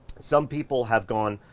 some people have gone,